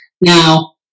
now